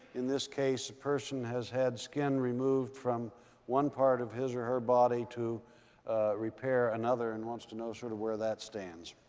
in this case, the person has had skin removed from one part of his or her body to repair another and wants to know sort of where that stands.